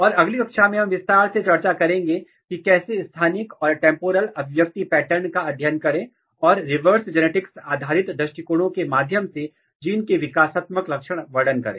और अगली कक्षा में हम विस्तार से चर्चा करेंगे कि कैसे स्थानिक और टेंपोरल अभिव्यक्ति पैटर्न का अध्ययन करें और रिवर्स जेनेटिक्स आधारित दृष्टिकोणों के माध्यम से जीन के कार्यात्मक लक्षण वर्णन करें